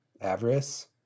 avarice